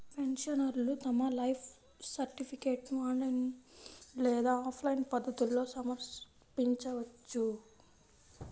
పెన్షనర్లు తమ లైఫ్ సర్టిఫికేట్ను ఆన్లైన్ లేదా ఆఫ్లైన్ పద్ధతుల్లో సమర్పించవచ్చు